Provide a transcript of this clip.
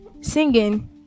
singing